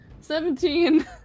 seventeen